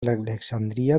alexandria